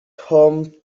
home